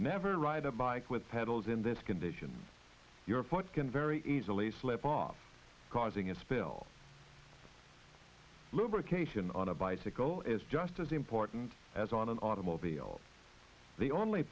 never ride a bike with pedals in this condition your foot can very easily slip off causing a spill lubrication on a bicycle is just as important as on an automobile the only